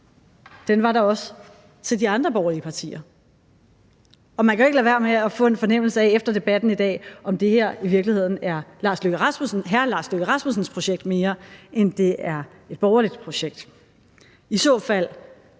også var der i de andre borgerlige partier. Og man kan jo ikke lade være med at få en fornemmelse af, efter debatten i dag, at det her i virkeligheden er hr. Lars Løkke Rasmussens projekt, mere end det er et borgerligt projekt. I så fald